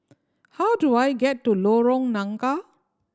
how do I get to Lorong Nangka